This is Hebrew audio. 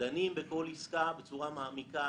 דנים בכל עסקה בצורה מעמיקה.